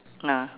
ah